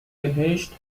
بهشت